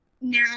Now